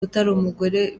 umugore